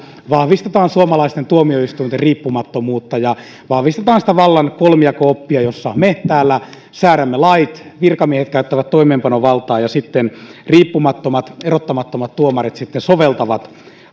vahvistetaan suomalaisten tuomioistuinten riippumattomuutta ja vahvistetaan sitä vallan kolmijako oppia jossa me täällä säädämme lait virkamiehet käyttävät toimeenpanovaltaa ja sitten riippumattomat erottamattomat tuomarit soveltavat